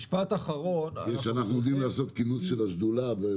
אנחנו צריכים